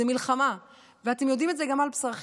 זאת מלחמה, ואתם יודעים את זה גם על בשרכם,